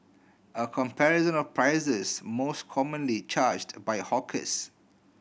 a comparison of prices most commonly charged by hawkers